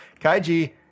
Kaiji